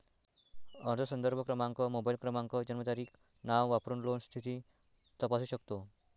अर्ज संदर्भ क्रमांक, मोबाईल क्रमांक, जन्मतारीख, नाव वापरून लोन स्थिती तपासू शकतो